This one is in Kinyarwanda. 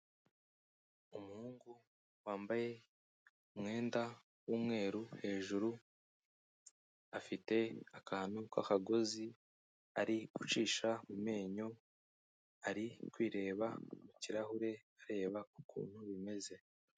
Umuhungu wambaye umwenda w'umweru hejuru, afite akantu k'akagozi ari gucisha mu menyo, ari kwireba mu kirahure areba ukuntu bimeze.